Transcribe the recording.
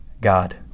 God